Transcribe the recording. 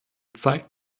zeigt